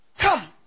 come